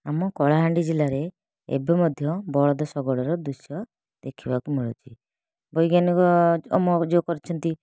ଆମ କଳାହାଣ୍ଡି ଜିଲ୍ଲାରେ ଏବେ ମଧ୍ୟ ବଳଦ ଶଗଡ଼ର ଦୃଶ୍ୟ ଦେଖିବାକୁ ମିଳୁଛି ବୈଜ୍ଞାନିକ ଆମର ଯେଉଁ କରିଛନ୍ତି